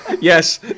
Yes